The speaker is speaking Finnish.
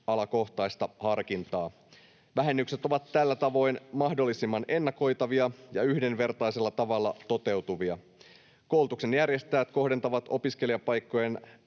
koulutusalakohtaista harkintaa. Vähennykset ovat tällä tavoin mahdollisimman ennakoitavia ja yhdenvertaisella tavalla toteutuvia. Koulutuksen järjestäjät kohdentavat opiskelijapaikkojen